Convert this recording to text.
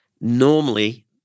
Normally